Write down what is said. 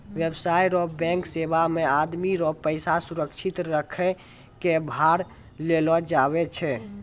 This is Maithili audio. व्यवसाय रो बैंक सेवा मे आदमी रो पैसा सुरक्षित रखै कै भार लेलो जावै छै